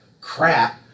crap